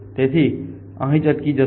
તેથી તેઓ અહીં જ અટકી જશે